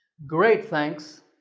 great, thanks.